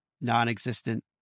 non-existent